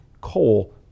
coal